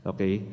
Okay